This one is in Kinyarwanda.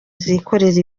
zikorera